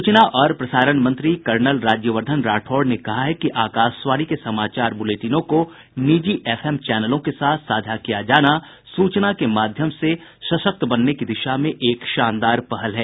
सूचना और प्रसारण मंत्री कर्नल राज्यवर्धन राठौड़ ने कहा है कि आकाशवाणी के समाचार बुलेटिनों को निजी एफएम चैनलों के साथ साझा किया जाना सूचना के माध्यम से सशक्त बनने की दिशा में एक शानदार पहल है